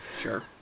Sure